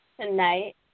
tonight